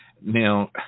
Now